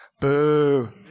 Boo